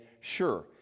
sure